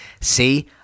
See